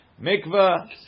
Mikva